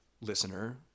listener